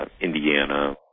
Indiana